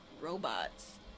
robots